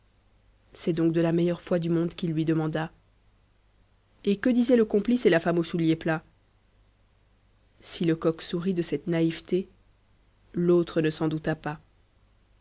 c'est donc de la meilleure foi du monde qu'il lui demanda et que disaient le complice et la femme aux souliers plats si lecoq sourit de cette naïveté l'autre ne s'en douta pas